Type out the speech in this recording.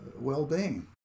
well-being